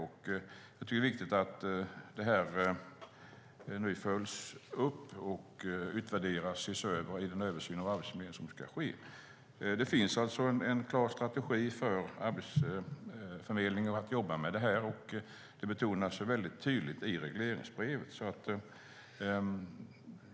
Det är viktigt att det här följs upp och utvärderas i den översyn av Arbetsförmedlingen som ska ske. Det finns alltså en klar strategi för Arbetsförmedlingen att jobba med det här. Det betonas tydligt i regleringsbrevet.